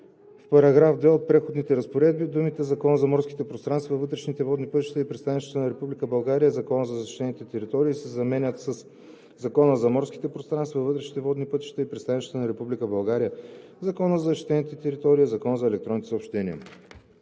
в § 2 от преходните разпоредби думите „Закона за морските пространства, вътрешните водни пътища и пристанищата на Република България и Закона за защитените територии“ се заменят със „Закона за морските пространства, вътрешните водни пътища и пристанищата на Република България, Закона за защитените територии и Закона за електронните съобщения“.“